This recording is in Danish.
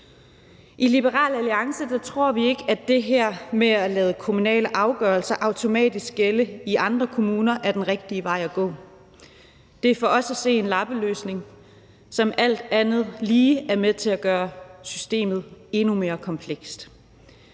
I Liberal Alliance tror vi ikke, at det her med at lade kommunale afgørelser automatisk gælde i andre kommuner er den rigtige vej at gå. Det er for os at se en lappeløsning, som alt andet lige er med til at gøre systemet endnu mere komplekst.